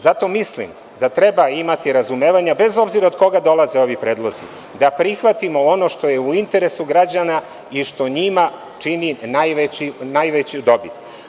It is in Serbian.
Zato mislim da treba imati razumevanja, bez obzira od koga dolaze ovi predlozi, da prihvatimo ono što je u interesu građana i što njima čini najveću dobit.